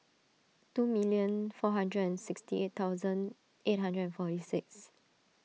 two million four hundred and sixty eight thousand eight hundred and forty six